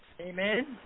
Amen